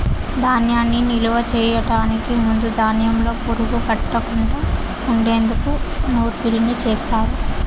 ధాన్యాన్ని నిలువ చేయటానికి ముందు ధాన్యంలో పురుగు పట్టకుండా ఉండేందుకు నూర్పిడిని చేస్తారు